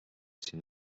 sind